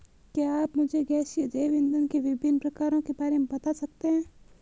क्या आप मुझे गैसीय जैव इंधन के विभिन्न प्रकारों के बारे में बता सकते हैं?